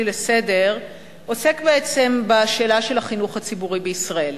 לסדר-היום עוסק בעצם בשאלה של החינוך הציבורי בישראל.